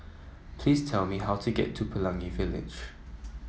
please tell me how to get to Pelangi Village